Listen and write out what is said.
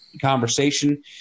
conversation